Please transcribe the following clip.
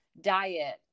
diet